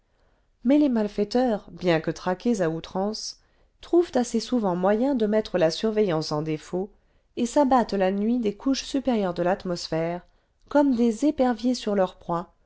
mais les malfaiteurs bien que traqués à outrance trouvent assez souvent moyen de mettre la surveillance en défaut et s'abattent la nuit des couches supérieures de l'atmosphère comme des éperviers sur leur proie